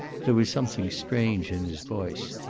there was something strange in his voice.